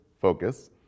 focus